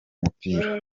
umupira